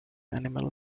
animal